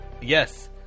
Yes